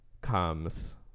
comes